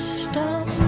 stop